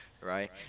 right